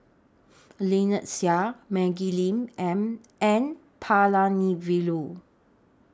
Lynnette Seah Maggie Lim and N Palanivelu